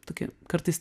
tokie kartais